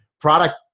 product